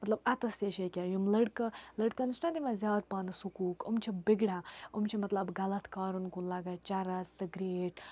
مطلب اَتَس تہِ چھِ ییٚکیٛاہ یِم لٔڑکہٕ لٔڑکَن چھِنہٕ دِوان زیادٕ پہنَس حقوٗق إم چھِ بِگڑان یِم چھِ مطلب غلط کارَن کُن لَگان چَرَس سگریٹ